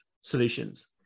solutions